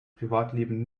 privatleben